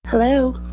Hello